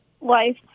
life